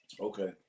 Okay